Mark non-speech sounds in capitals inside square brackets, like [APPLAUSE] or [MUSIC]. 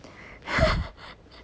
[LAUGHS]